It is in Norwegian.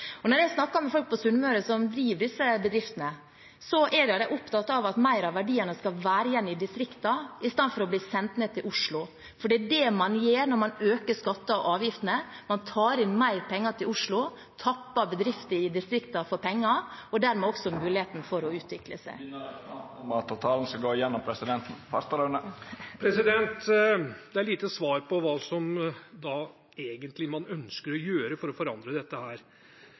Når jeg snakker med folk på Sunnmøre som driver disse bedriftene, er de opptatt av at mer av verdiene skal være igjen i distriktene istedenfor å bli sendt ned til Oslo. Det er det man gjør når man øker skattene og avgiftene – man tar inn mer penger til Oslo, tapper bedrifter i distriktene for penger og reduserer dermed muligheten for å utvikle seg. Presidenten minner representanten om at talen skal gå via presidenten. Det er lite svar på hva man egentlig ønsker å gjøre for å forandre dette.